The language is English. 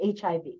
HIV